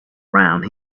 around